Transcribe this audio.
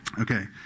Okay